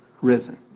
risen